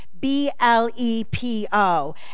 B-L-E-P-O